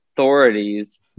authorities